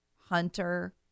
Hunter